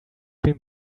been